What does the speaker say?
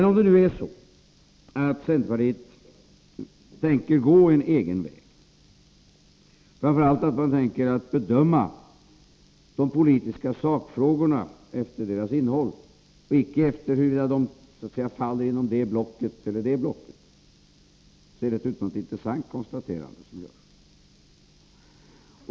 Om nu centerpartiet tänker gå en egen väg och framför allt tänker bedöma de politiska sakfrågorna efter deras innehåll och icke efter huruvida de faller inom det eller det blockets uppfattning, är det utomordentligt intressant.